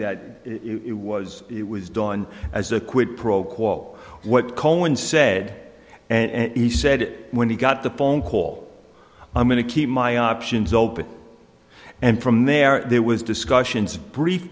that it was it was done as a quid pro quo what cohen said and he said it when he got the phone call i'm going to keep my options open and from there there was discussions brief